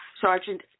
Sergeant